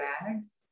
bags